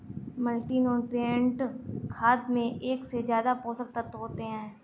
multinutrient खाद में एक से ज्यादा पोषक तत्त्व होते है